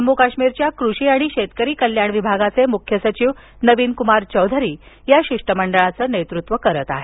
जम्मू काश्मीरच्या कृषी आणि शेतकरी कल्याण विभागाचे मुख्य सचिव नवीन कुमार चौधरी या शिष्टमंडळाच नेतृत्व करत आहेत